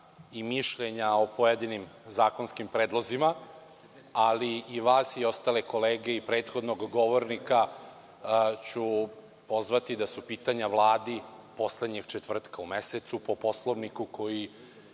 i mišljenja o pojedinim zakonskim predlozima ali i vas i ostale kolege i prethodnog govornika ću pozvati da su pitanja Vladi poslednjeg četvrtka u mesecu, po Poslovniku koji